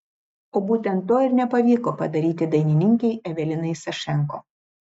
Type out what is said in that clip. o būtent to ir nepavyko padaryti dainininkei evelinai sašenko